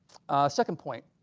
a second point